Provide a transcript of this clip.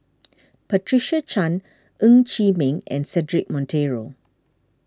Patricia Chan Ng Chee Meng and Cedric Monteiro